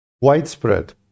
widespread